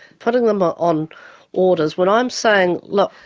putting them ah on orders, when i'm saying look,